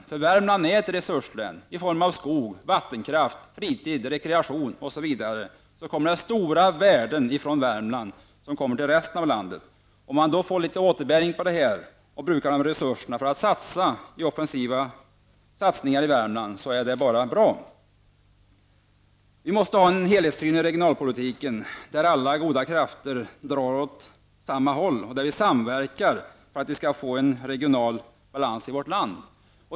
Skogen, vattenkraften, resurser för fritid och rekreation innebär stora värden som kommer från Värmland till resten av landet. Vi måste ha en helhetssyn på regionalpolitiken, där alla goda krafter drar åt samma håll för att vi skall få regional balans i vårt land.